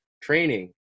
training